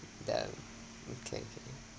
damn okay